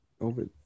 over